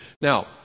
Now